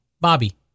Bobby